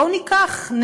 בואו ניקח,